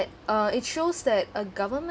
uh it shows that a government